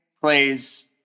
plays